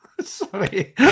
Sorry